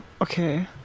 Okay